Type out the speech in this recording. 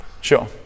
sure